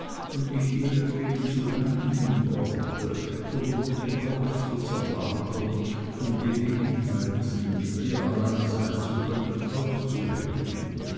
und mich ihretwegen zu peinigen brauchte oder nur den kopf zu zermartern um gelegenheiten mit ihr allein sein zu können auszuhecken